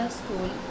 school